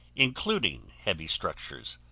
including heavy structures.